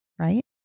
right